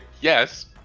Yes